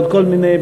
ועוד כל מיני,